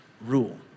rule